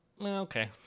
okay